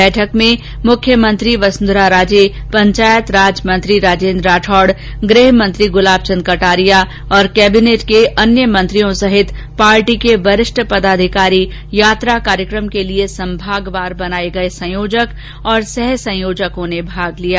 बैठक में मुख्यमंत्री वसुंधरा राजे पंचायत राज मंत्री राजेन्द्र राठौडत्र गृह मंत्री गुलाब चंद कटारिया और कैबिनेट के अन्य मंत्रियों सहित पार्टी के वरिष्ठ पदाधिकारी यात्रा कार्यकम के लिए संभाग वार बनाये गये संयोजक और सह संयोजकों ने भाग लिया